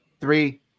Three